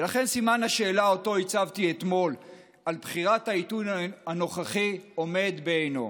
ולכן סימן השאלה שהצבתי אתמול על בחירת העיתוי הנוכחי עומד בעינו.